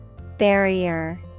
Barrier